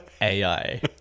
AI